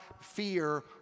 fear